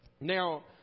Now